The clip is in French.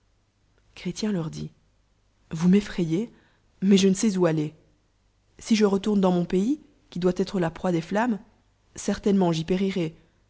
chrétien leur dit vous m'effrayez mais je ne saie où aller si je retourne dans mon pays qui doit êlre la preic des flammes certaiqememt j'y périrai